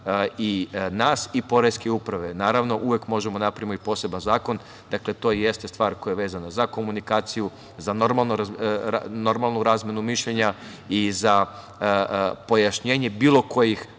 i nas i Poreske uprave. Uvek možemo da napravimo i poseban zakon. To jeste stvar koja je vezana za komunikaciju, za normalnu razmenu mišljenja i za pojašnjenje bilo kojih